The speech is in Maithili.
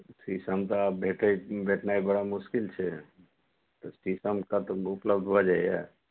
शीशम तऽ आब भेटैत भेटनाइ बड़ा मुश्किल छै तऽ शीशम कतहु उपलब्ध भऽ जाइए